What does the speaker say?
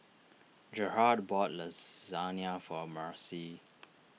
Gerhardt bought Lasagne for Marcie